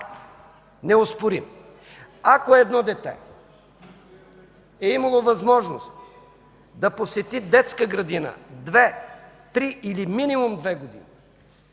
неоспорим! Ако едно дете е имало възможност да посети детска градина две, три – или минимум две години,